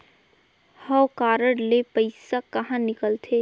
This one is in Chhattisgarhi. हव कारड ले पइसा कहा निकलथे?